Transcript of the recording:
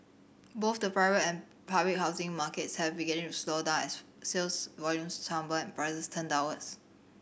both the private and public housing markets have begun to slow down as sales volumes tumble and prices turn downwards